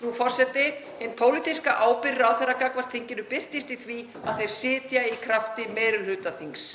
Frú forseti. Hin pólitíska ábyrgð ráðherra gagnvart þinginu birtist í því að þeir sitja í krafti meiri hluta þings.